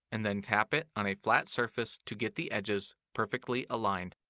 and then tap it on a flat surface to get the edges perfectly aligned.